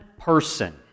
person